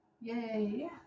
Yay